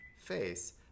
face